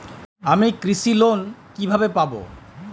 আমি কৃষি লোন কিভাবে পাবো?